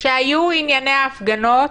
כשהיו ענייני ההפגנות,